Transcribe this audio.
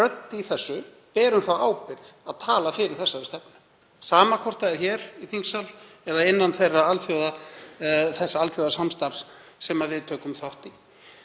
rödd í þessu berum ábyrgð á að tala fyrir þessari stefnu, sama hvort það er hér í þingsal eða innan þess alþjóðasamstarfs sem við tökum þátt í.